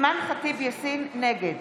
נגד